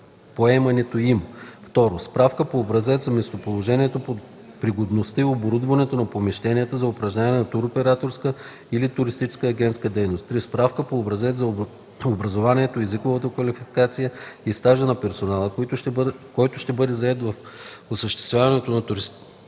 поемането им; 2. справка по образец за местоположението, пригодността и оборудването на помещенията за упражняване на туроператорска или туристическа агентска дейност; 3. справка по образец за образованието, езиковата квалификация и стажа за персонала, който ще бъде зает в осъществяването на туристическата дейност;